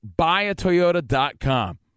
buyatoyota.com